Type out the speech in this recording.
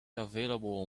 available